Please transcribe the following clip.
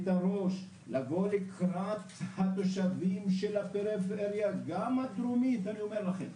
את הראש לבוא לקראת התושבים של הפריפריה גם הדרומיים אני אומר לכם,